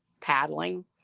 paddling